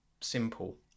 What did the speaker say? simple